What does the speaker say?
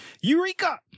Eureka